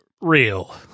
real